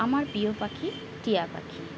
আমার প্রিয় পাখি টিয়া পাখি